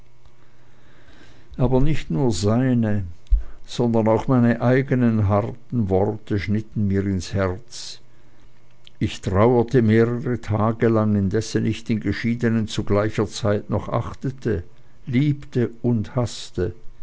aber nicht nur seine sondern auch meine eigenen harten worte schnitten mir ins herz ich trauerte mehrere tage lang indessen ich den geschiedenen zu gleicher zeit noch achtete liebte und haßte